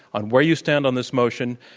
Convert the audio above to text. on where you stand on this motion,